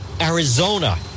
arizona